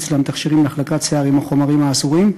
אצלם תכשירים להחלקת שיער עם החומרים האסורים,